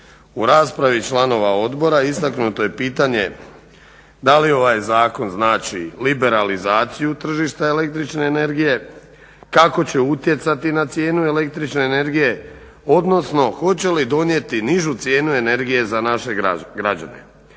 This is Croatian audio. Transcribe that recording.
U raspravi članova odbora istaknuto je pitanje da li ovaj zakon znači liberalizaciju tržišta električne energije, kako će utjecati na cijenu električne energije, odnosno hoće li donijeti nižu cijenu energije za naše građane.